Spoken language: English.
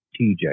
TJ